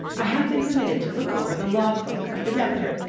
i have been permitted to look over the log-book of the demeter,